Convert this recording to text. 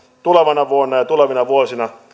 tulevana vuonna ja tulevina vuosina